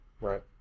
right